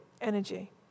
energy